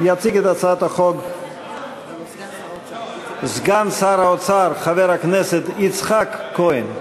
יציג את הצעת החוק סגן שר האוצר חבר הכנסת יצחק כהן.